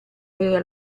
era